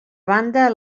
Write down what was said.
banda